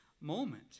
moment